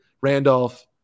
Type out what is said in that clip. Randolph